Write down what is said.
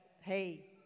hey